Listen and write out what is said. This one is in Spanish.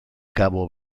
cabo